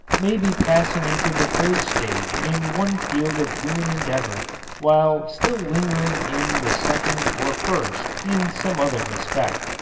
may be passing into the third stage in one field of human endeavor while still lingering in the second or first in some other respect.